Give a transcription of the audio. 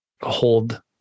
hold